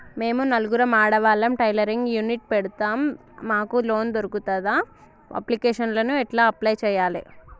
మేము నలుగురం ఆడవాళ్ళం టైలరింగ్ యూనిట్ పెడతం మాకు లోన్ దొర్కుతదా? అప్లికేషన్లను ఎట్ల అప్లయ్ చేయాలే?